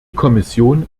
kommission